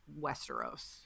Westeros